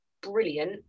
brilliant